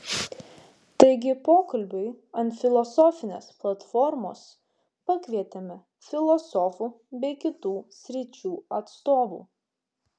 taigi pokalbiui ant filosofinės platformos pakvietėme filosofų bei kitų sričių atstovų